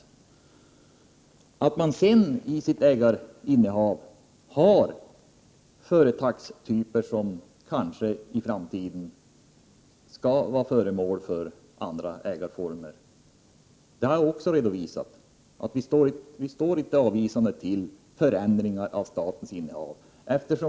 Det är möjligt att det i statens innehav av företag finns företagstyper som kanske i framtiden skall bli föremål för andra ägarformer. Jag har också redovisat att vi socialdemokrater inte ställer oss avvisande till förändringar av statens innehav.